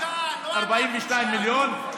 42 מיליון,